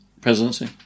presidency